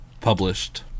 published